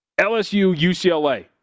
LSU-UCLA